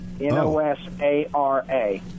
N-O-S-A-R-A